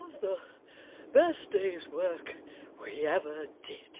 of the best day's work we ever did.